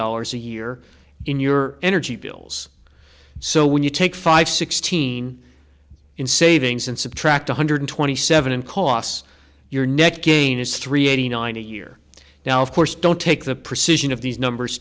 dollars a year in your energy bills so when you take five sixteen in savings and subtract one hundred twenty seven costs your next gain is three eighty nine to year now of course don't take the precision of these numbers